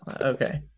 Okay